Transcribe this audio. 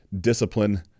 discipline